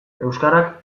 euskarak